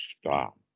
stop